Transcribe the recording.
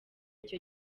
icyo